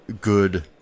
good